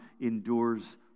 endures